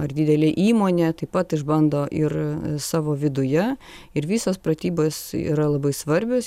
ar didelė įmonė taip pat išbando ir savo viduje ir visos pratybos yra labai svarbios